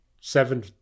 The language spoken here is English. seven